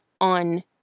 on